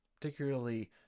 particularly